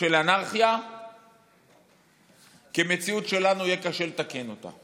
של אנרכיה כמציאות שלנו יהיה קשה לתקן אותה.